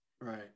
Right